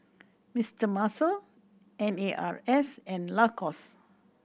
Mister Muscle N A R S and Lacoste